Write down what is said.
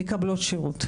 מקבלות שירות.